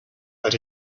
but